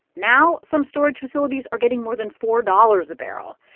now some storage facilities are getting more than four dollars a barrel.